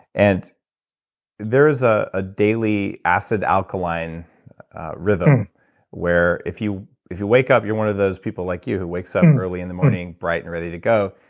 and there is ah a daily acid alkaline rhythm where, if you if you wake up, you're one of those people like you who wakes up early in the morning bright and ready to go,